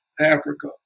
Africa